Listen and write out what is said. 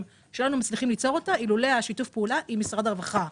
שלא היינו מצליחים ליצור אותה אילו לא היה שיתוף פעולה עם משרד הרווחה.